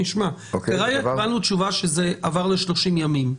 כרגע קיבלנו תשובה שזה עבר ל-30 ימים.